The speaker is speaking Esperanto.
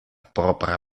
propra